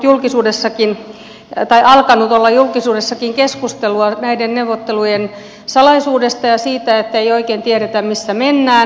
on aiheellisesti alkanut olla julkisuudessakin keskustelua näiden neuvottelujen salaisuudesta ja siitä ettei oikein tiedetä missä mennään